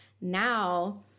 Now